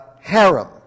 harem